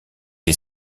est